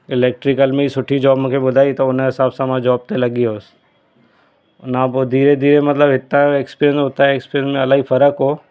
electrical में ई सुठी जॉब मूंखे ॿुधाई त हुन हिसाब सां मां जॉब ते लॻी वियो हुअसि हुन खां पोइ धीरे धीरे मतलबु हितां जो एक्सपीरियन हुते जो एक्सपीरियन में इलाही फ़र्क़ु हुओ